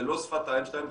זה לא שפת האם שלהם,